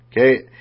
Okay